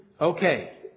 Okay